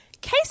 case